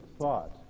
thought